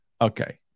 Okay